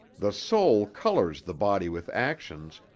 the soul colours the body with actions,